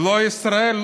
לא ישראל,